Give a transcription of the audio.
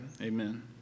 Amen